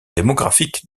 démographique